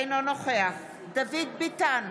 אינו נוכח דוד ביטן,